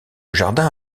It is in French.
jardin